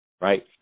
right